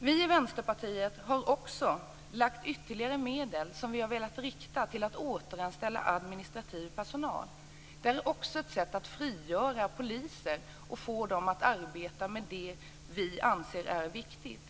Vi i Vänsterpartiet har också lagt fram förslag om ytterligare medel som vi har velat rikta till att återanställa administrativ personal. Det är också ett sätt att frigöra poliser och få dem att arbeta med det som vi anser vara viktigt.